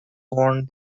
worn